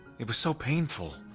it was so painful.